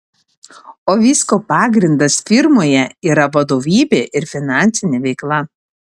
o visko pagrindas firmoje yra vadovybė ir finansinė veikla